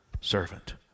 servant